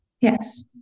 Yes